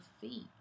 feet